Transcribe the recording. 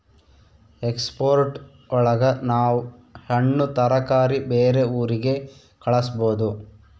export ಒಳಗ ನಾವ್ ಹಣ್ಣು ತರಕಾರಿ ಬೇರೆ ಊರಿಗೆ ಕಳಸ್ಬೋದು